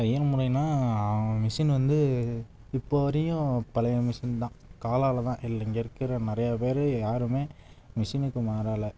தையல் முறைன்னால் மிஷின் வந்து இப்போது வரையும் பழைய மிஷின் தான் காலால் தான் இல்லை இங்கே இருக்கிற நிறையா பேர் யாரும் மிஷினுக்கு மாறலை